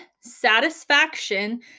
satisfaction